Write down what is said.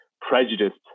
prejudiced